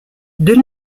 deux